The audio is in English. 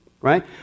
right